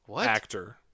actor